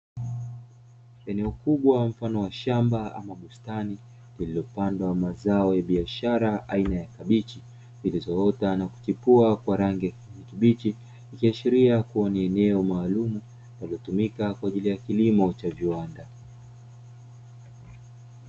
Eneo kubwa mfano wa shamba ama bustani liliopandwa mazao ya biashara aina ya kabichi, zilizoota na kuchipua kwa rangi ya kijani kibichi ikiashiria kuwa ni eneo maalumu, linalotumika kwa ajili ya kilimo cha viwanda.